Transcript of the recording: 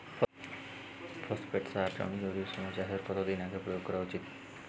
Phosphate সার জমি তৈরির সময় চাষের কত দিন আগে প্রয়োগ করা উচিৎ?